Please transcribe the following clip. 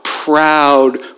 proud